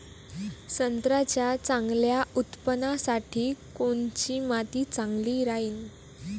संत्र्याच्या चांगल्या उत्पन्नासाठी कोनची माती चांगली राहिनं?